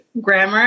grammar